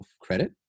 credit